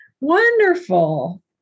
Wonderful